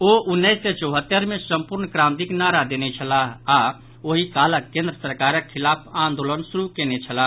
ओ उन्नैस सय चौहत्तरि मे संपूर्ण क्रांतिक नारा देने छलाह आओर ओहि कालक केंद्र सरकारक खिलाफ आंदोलन शुरू कयने छलाह